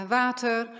water